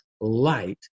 light